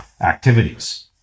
activities